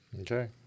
Okay